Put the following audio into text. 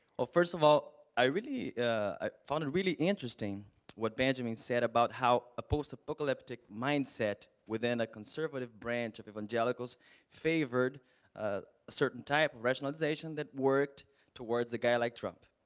first of all, i really i found it really interesting what benjamin said about how a post-apocalyptic mindset within a conservative branch of evangelicals favored a certain type of rationalization that worked towards a guy like trump.